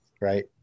right